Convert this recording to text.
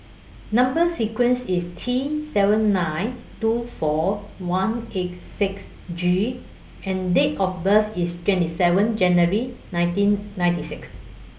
Number sequence IS T seven nine two four one eight six G and Date of birth IS twenty seven January nineteen ninety six